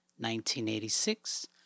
1986